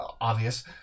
obvious